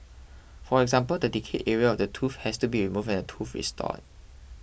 for example the decayed area of the tooth has to be removed and tooth restored